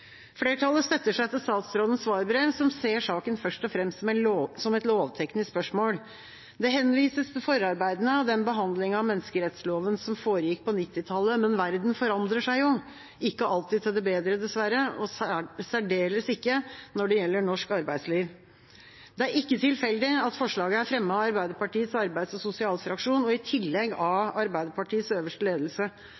Flertallet støtter seg til statsrådens svarbrev, som ser saken først og fremst som et lovteknisk spørsmål. Det henvises til forarbeidene og den behandlingen av menneskerettsloven som foregikk på 1990-tallet. Men verden forandrer seg ikke alltid til det bedre, dessverre, og særdeles ikke når det gjelder norsk arbeidsliv. Det er ikke tilfeldig at forslaget er fremmet av Arbeiderpartiets arbeids- og sosialfraksjon, og i tillegg av